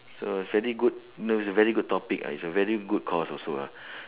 so very good it was a very good topic ah is a very good cause also lah